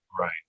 right